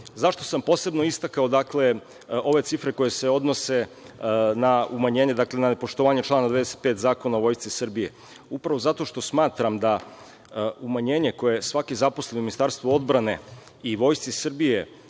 sam posebno istakao ove cifre koje se odnose na umanjenje, dakle, na poštovanje člana 95. Zakona o Vojsci Srbije? Upravo zato što smatram da umanjenje koje svaki zaposleni u Ministarstvu odbrane i Vojsci Srbije